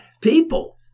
People